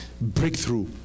breakthrough